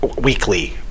weekly